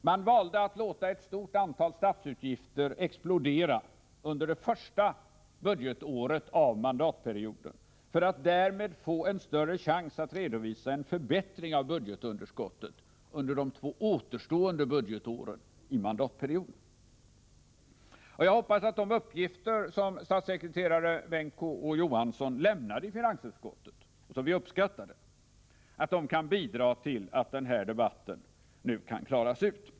Man valde att låta ett stort antal statsutgifter explodera under det första budgetåret av mandatperioden för att därmed få en större chans att redovisa en förbättring av budgetunderskottet under de två återstående budgetåren i mandatperioden. Jag hoppas att de uppgifter som statssekreterare Bengt K. Å. Johansson lämnade i finansutskottet och som vi uppskattade kan bidra till att den här debatten nu kan klaras ut.